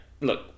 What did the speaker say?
look